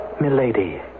Milady